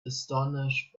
astonished